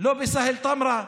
לא בסהל טמרה,